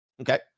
Okay